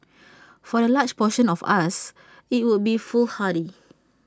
for the large portion of us IT would be foolhardy